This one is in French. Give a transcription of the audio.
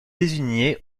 désigné